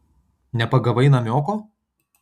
nepagavai namioko